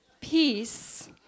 peace